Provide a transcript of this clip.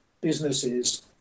businesses